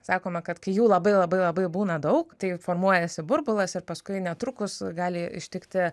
sakoma kad kai jų labai labai labai būna daug tai formuojasi burbulas ir paskui netrukus gali ištikti